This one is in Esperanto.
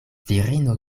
virino